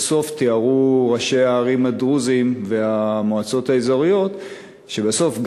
ראשי הערים הדרוזים והמועצות האזוריות תיארו שבסוף,